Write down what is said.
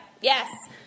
yes